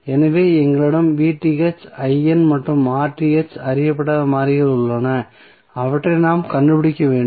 எனவே எங்களிடம் மற்றும் அறியப்படாத மாறிகள் உள்ளன அவற்றை நாம் கண்டுபிடிக்க வேண்டும்